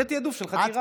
זה תיעדוף של מצלמות.